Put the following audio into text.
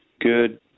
good